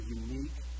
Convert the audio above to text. unique